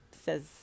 says